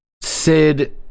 sid